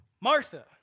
Martha